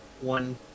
one